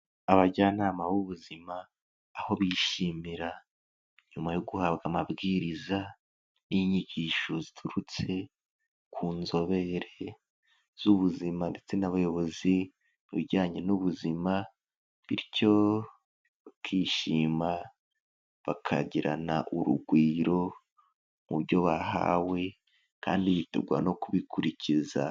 Abajyanama b'ubuzima, aho bishimira nyuma yo guhabwa amabwiriza n'inyigisho ziturutse ku nzobere z'ubuzima ndetse n'abayobozi ku bijyanye n'ubuzima bityo bakishima, bakagirana urugwiro mu byo bahawe kandi biturwa no kubikurikiza.